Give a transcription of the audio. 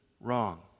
wrong